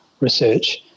research